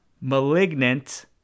Malignant